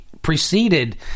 Preceded